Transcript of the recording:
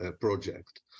project